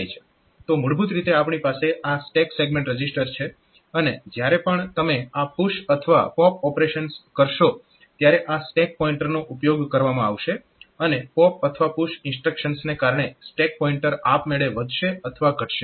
તો મૂળભૂત રીતે આપણી પાસે આ સ્ટેક સેગમેન્ટ રજીસ્ટર છે અને જ્યારે પણ તમે આ પુશ અથવા પોપ ઓપરેશન્સ કરશો ત્યારે આ સ્ટેક પોઇન્ટરનો ઉપયોગ કરવામાં આવશે અને પોપ અથવા પુશ ઇન્સ્ટ્રક્શન્સને કારણે સ્ટેક પોઇન્ટર આપમેળે વધશે અથવા ઘટશે